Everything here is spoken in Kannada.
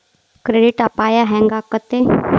ಕ್ರೆಡಿಟ್ ಅಪಾಯಾ ಹೆಂಗಾಕ್ಕತೇ?